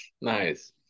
Nice